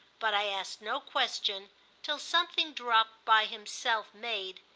but i asked no question till something dropped by himself made,